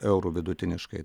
eurų vidutiniškai